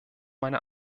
meine